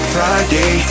Friday